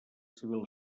civil